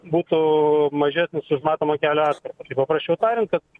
būtų mažesnis už matomą kelio atkarpą tai paprasčiau tariant kad